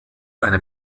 eine